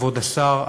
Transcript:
כבוד השר,